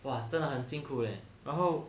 !wah! 真的很辛苦 leh 然后